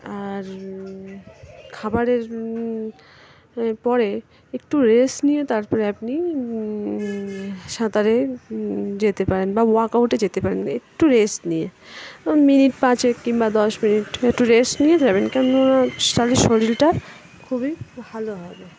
আর খাবারের পরে একটু রেস্ট নিয়ে তার পরে আপনি সাঁতারে যেতে পারেন বা ওয়ার্কআউটে যেতে পারেন একটু রেস্ট নিয়ে ধরুন মিনিট পাঁচেক কিংবা দশ মিনিট একটু রেস্ট নিয়ে যাবেন কেন না তাদের শরীরটা খুবই ভালো হবে